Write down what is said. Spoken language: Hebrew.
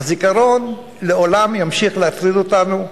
והזיכרון לעולם ימשיך להטריד אותנו,